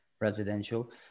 residential